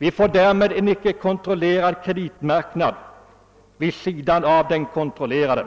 Vi får därmed en okontrol lerad kreditmarknad vid sidan av den kontrollerade.